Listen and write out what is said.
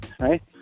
right